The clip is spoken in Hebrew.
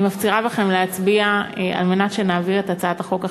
אני מפצירה בכם להצביע כדי שנעביר את הצעת החוק החשובה.